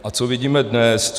A co vidíme dnes?